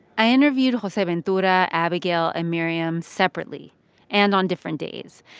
i interviewed joseventura, abigail and miriam separately and on different days.